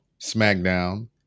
SmackDown